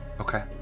Okay